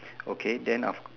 okay then of